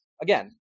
again